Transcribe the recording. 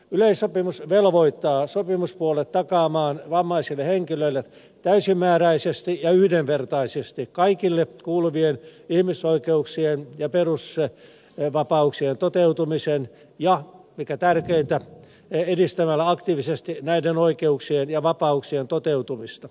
yleissopimus velvoittaa sopimuspuolet takaamaan vammaisille henkilöille täysimääräisesti ja yhdenvertaisesti kaikille kuuluvien ihmisoikeuksien ja perusvapauksien toteutumisen ja mikä tärkeintä edistämällä aktiivisesti näiden oikeuksien ja vapauksien toteutumista